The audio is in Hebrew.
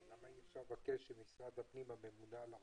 למה אי אפשר שמשרד הפנים, הממונה על הרשויות,